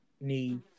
need